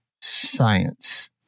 science